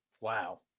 Wow